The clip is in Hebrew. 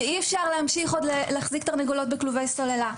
שאי אפשר להמשיך להחזיר תרנגולות בכלובי סוללה.